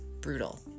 brutal